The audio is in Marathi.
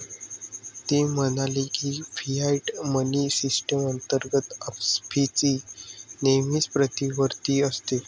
ते म्हणाले की, फियाट मनी सिस्टम अंतर्गत अपस्फीती नेहमीच प्रतिवर्ती असते